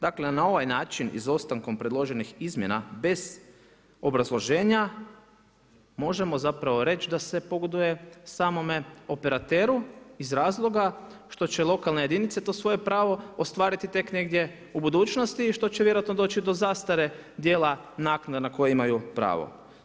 Dakle, na ovaj način izostankom, predloženih izmjena, bez obrazloženja, možemo zapravo reći da se pogoduje samome operateru, iz razloga što će lokalne jedinice, to svoje pravo ostvariti tek negdje u budućnosti i što će vjerojatno doći do zastare, dijela nakane na koje imaju pravo.